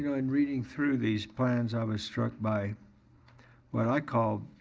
you know in reading through these plans i was struck by what i called